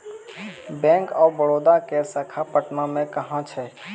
Bank of Baroda के शाखा पटना मे कहां मे छै?